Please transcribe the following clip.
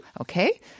Okay